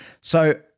So-